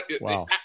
wow